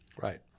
Right